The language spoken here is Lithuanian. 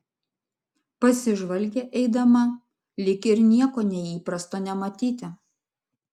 pasižvalgė eidama lyg ir nieko neįprasto nematyti